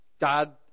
God